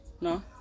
No